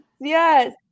Yes